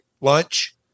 lunch